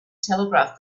telegraph